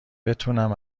بتونم